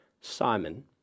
Simon